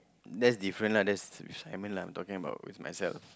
that's different lah that's with Simon lah I'm talking about with myself